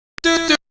do